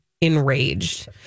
enraged